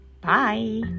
bye